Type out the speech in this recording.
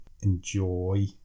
enjoy